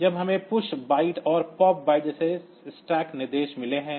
तब हमें PUSH byte और POP बाइट्स जैसे स्टैक निर्देश मिले हैं